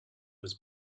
was